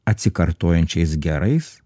atsikartojančiais gerais